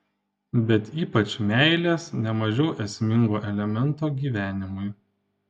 bet ypač meilės ne mažiau esmingo elemento gyvenimui